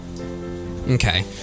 Okay